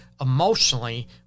emotionally